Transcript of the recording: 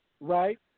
right